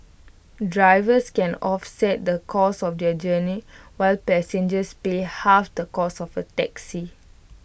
drivers can offset the cost of their journey while passengers pay half the cost of A taxi